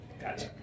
Gotcha